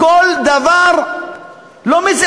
כל דבר לא,